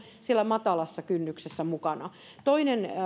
siellä matalassa kynnyksessä mukana toinen